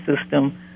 system